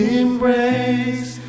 embrace